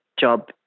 job